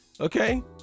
Okay